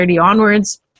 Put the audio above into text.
onwards